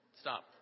Stop